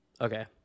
okay